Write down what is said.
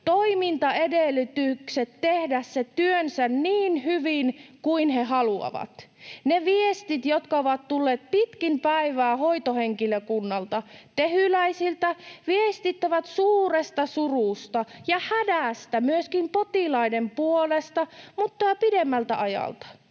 toimintaedellytykset tehdä se työnsä niin hyvin kuin he haluavat? Ne viestit, jotka ovat tulleet pitkin päivää hoitohenkilökunnalta, tehyläisiltä, viestittävät suuresta surusta ja hädästä myöskin potilaiden puolesta mutta jo pidemmältä ajalta.